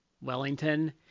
Wellington